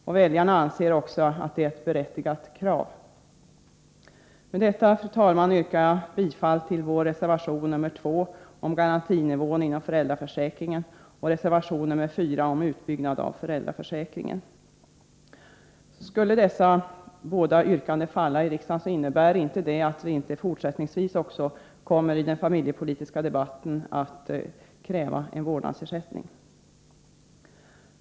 Och väljarna anser också att det är ett berättigat krav. Fru talman! Med detta yrkar jag bifall till våra reservationer nr 2 om garantinivån inom föräldraförsäkringen och nr 4 om utbyggnad av föräldraförsäkringen. Skulle dessa båda yrkanden falla, innebär det inte att vi inte också fortsättningsvis i den familjepolitiska debatten kommer att kräva vårdnadsersättning.